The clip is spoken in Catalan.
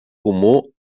comú